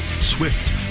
Swift